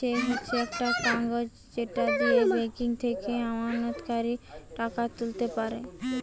check হচ্ছে একটা কাগজ যেটা দিয়ে ব্যাংক থেকে আমানতকারীরা টাকা তুলতে পারে